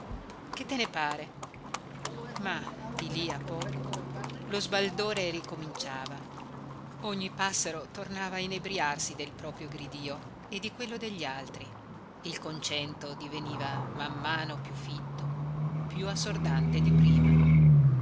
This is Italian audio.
che te ne pare ma di lì a poco lo sbaldore ricominciava ogni passero tornava a inebriarsi del proprio gridìo e di quello degli altri e il concento diveniva man mano più fitto più assordante di prima